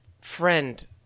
friend